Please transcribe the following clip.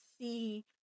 see